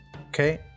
Okay